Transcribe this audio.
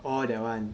oh that one